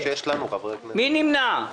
מי נמנע?